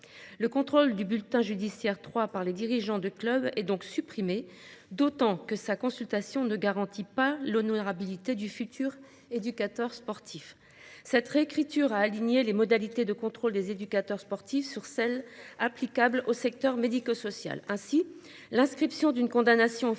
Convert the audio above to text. le contrôle du bulletin judiciaire trois par les dirigeants de clubs et donc supprimer d'autant que sa consultation ne garantit pas l'honorabilité du futur éducateur sportif cette réécriture à aligner les modalités de contrôle des éducateurs sportifs sur celle applicable au secteur médico-social, ainsi l'inscription d'une condamnation au